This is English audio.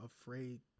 afraid